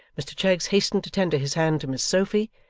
mr cheggs hastened to tender his hand to miss sophy,